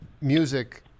music